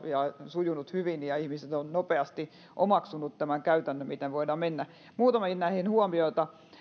sujunut hyvin ja ihmiset ovat nopeasti omaksuneet tämän käytännön miten voidaan mennä muutamiin näihin huomioita